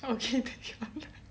oh shit